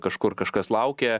kažkur kažkas laukia